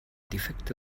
defekte